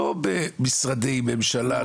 לא במשרדי ממשלה,